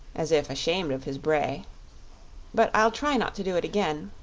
as if ashamed of his bray but i'll try not to do it again.